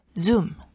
Zoom